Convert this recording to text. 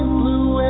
blue